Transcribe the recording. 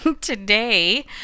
Today